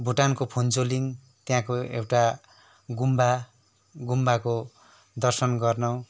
भुटानको फुन्चुलिङ् त्यहाँको एउटा गुम्बा गुम्बाको दर्शन गर्न